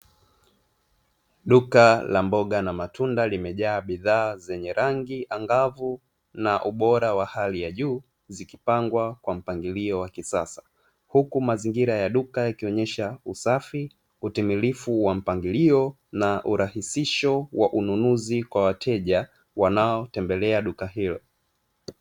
Duka la mboga na matunda limejaa bidhaa zenye rangi angavu na ubora wa yali ya juu zikipangwa kwa mpangilio wa kisasa, huku mazingira ya duka yakionyesha usafi, utimilifu wa mpangilio na urahisisho wa ununuzi kwa wateja wanao tembelea duka hilo.